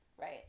right